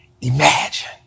Imagine